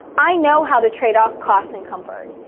i know how to trade off costs and comfort.